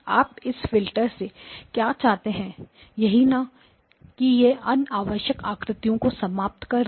आप इस फिल्टर से क्या चाहते हैं यही ना कि यह अनावश्यक आकृतियों को समाप्त कर दें